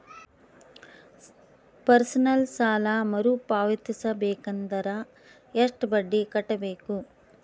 Personal ಸಾಲ ಮರು ಪಾವತಿಸಬೇಕಂದರ ಎಷ್ಟ ಬಡ್ಡಿ ಕಟ್ಟಬೇಕು?